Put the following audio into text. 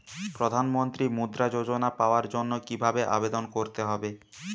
প্রধান মন্ত্রী মুদ্রা যোজনা পাওয়ার জন্য কিভাবে আবেদন করতে হবে?